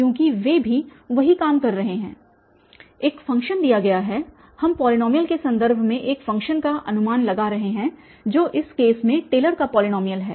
क्योंकि वे भी वही काम कर रहे हैं एक फ़ंक्शन दिया गया है हम पॉलीनॉमियल के संदर्भ में एक फ़ंक्शन का अनुमान लगा रहे हैं जो इस केस में टेलर का पॉलीनॉमियल है